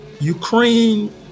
Ukraine